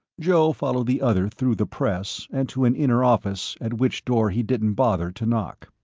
joe followed the other through the press and to an inner office at which door he didn't bother to knock.